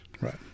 Right